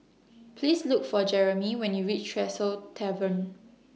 Please Look For Jeromy when YOU REACH Tresor Tavern